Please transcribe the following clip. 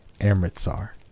Amritsar